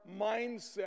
mindset